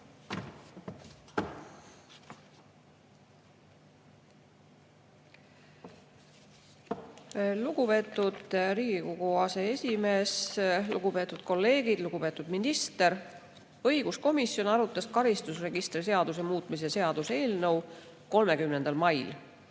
Lugupeetud Riigikogu aseesimees! Lugupeetud kolleegid! Lugupeetud minister! Õiguskomisjon arutas karistusregistri seaduse muutmise seaduse eelnõu 30. mail.